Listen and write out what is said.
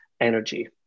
energy